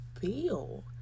feel